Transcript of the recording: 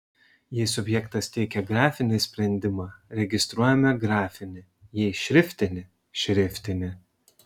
jei subjektas teikia grafinį sprendimą registruojame grafinį jei šriftinį šriftinį